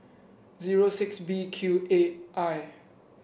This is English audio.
zero six B Q eight I